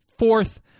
Fourth